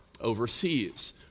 overseas